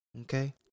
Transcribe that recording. Okay